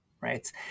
Right